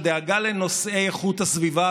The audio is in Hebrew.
הדאגה לנושאי איכות הסביבה,